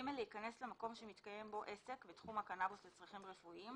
להיכנס למקום שמתקיים בו עסק בתחום הקנאבוס לצרכים רפואיים,